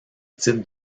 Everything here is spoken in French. titre